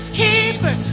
keeper